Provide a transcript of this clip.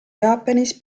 jaapanis